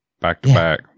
back-to-back